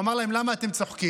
הוא אמר להם: למה אתם צוחקים?